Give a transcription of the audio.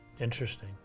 Interesting